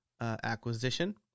acquisition